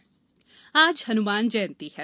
हनुमान जयंती आज हनुमान जयंती है